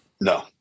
no